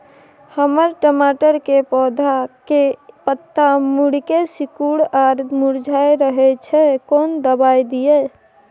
हमर टमाटर के पौधा के पत्ता मुड़के सिकुर आर मुरझाय रहै छै, कोन दबाय दिये?